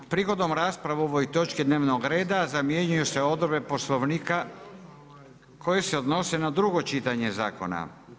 Prigodom rasprave o ovoj točki dnevnog reda zamjenjuju se odredbe Poslovnika koje se odnose na drugo čitanje zakona.